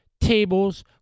tables